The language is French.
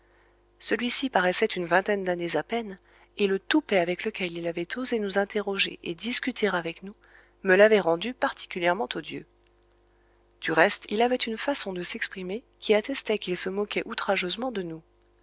celui-ci paraissait une vingtaine d'années à peine et le toupet avec lequel il avait osé nous interroger et discuter avec nous me l'avait rendu particulièrement odieux du reste il avait une façon de s'exprimer qui attestait qu'il se moquait outrageusement de nous